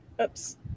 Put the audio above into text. oops